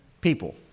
people